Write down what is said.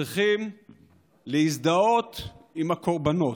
צריכים להזדהות עם הקורבנות,